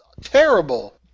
Terrible